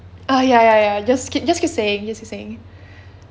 ah ya ya ya just keep just keep saying just keep saying